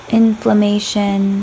inflammation